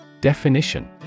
Definition